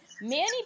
Manny